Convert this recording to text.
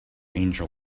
angel